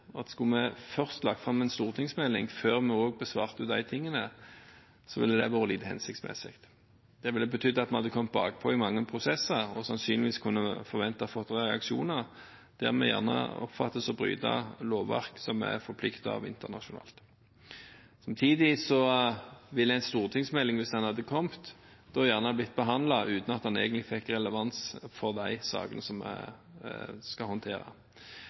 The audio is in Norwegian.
framdrift. Skulle vi først lagt fram en stortingsmelding før vi besvarte disse tingene, ville det vært lite hensiktsmessig. Det ville betydd at vi hadde kommet bakpå i mange prosesser, og sannsynligvis kunne man forventet å få reaksjoner, om det ble oppfattet som at vi bryter det lovverket som vi er forpliktet av internasjonalt. Samtidig vil en stortingsmelding, hvis den hadde kommet, gjerne blitt behandlet uten at den egentlig ville få relevans for de sakene som vi skal håndtere.